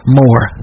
more